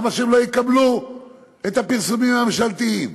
למה שהם לא יקבלו את הפרסומים הממשלתיים?